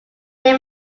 they